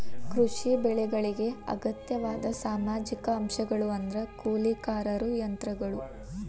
ಕೃಷಿ ಬೆಳೆಗಳಿಗೆ ಅಗತ್ಯವಾದ ಸಾಮಾಜಿಕ ಅಂಶಗಳು ಅಂದ್ರ ಕೂಲಿಕಾರರು ಯಂತ್ರಗಳು